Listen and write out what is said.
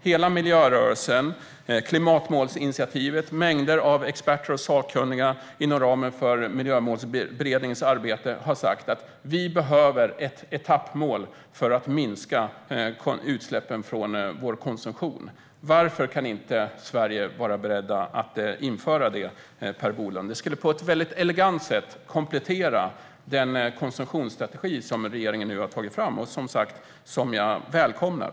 Hela miljörörelsen, Klimatmålsinitiativet och mängder av experter och sakkunniga inom ramen för Miljömålsberedningens arbete har sagt: Vi behöver ett etappmål för minskningen av utsläppen från vår konsumtion. Varför kan inte Sverige vara berett att införa det, Per Bolund? Det skulle på ett väldigt elegant sätt komplettera den konsumtionsstrategi som regeringen nu har tagit fram och som jag som sagt välkomnar.